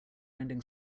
ending